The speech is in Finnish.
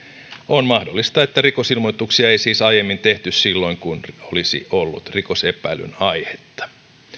on mahdollista että rikosilmoituksia ei siis aiemmin tehty silloin kun olisi ollut rikosepäilyn aihetta